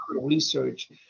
Research